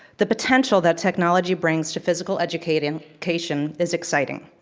the potential that technology brings to physical education education is exciting.